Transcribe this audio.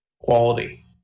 quality